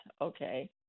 okay